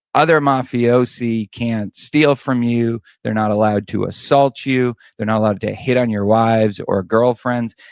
other mafiosi can't steal from you, they're not allowed to assault you they're not allowed to hit on your wives or girlfriends,